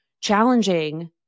challenging